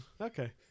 Okay